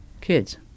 Kids